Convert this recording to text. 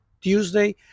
Tuesday